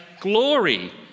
glory